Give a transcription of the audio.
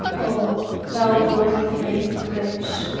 oh, thou word made flesh,